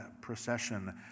procession